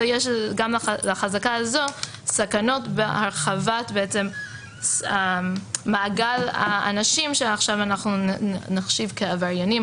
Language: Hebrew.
ויש גם לחזקה הזאת סכנות בהרחבת מעגל האנשים שנחשיב כעבריינים,